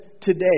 today